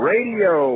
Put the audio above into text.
Radio